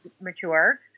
mature